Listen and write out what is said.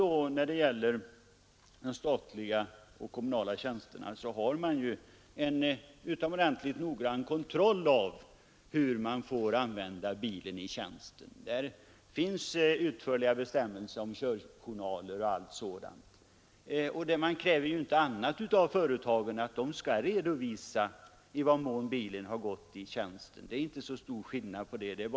För statliga och kommunala tjänster förekommer ju en utomordentligt noggrann kontroll av hur bilen används i tjänsten; där finns utförliga bestämmelser om körjournaler och sådant. Och av företagen kräver man ju inte annat än att de skall redovisa i vad mån bilen gått i tjänsten. Men det är inte så stor skillnad mellan detta.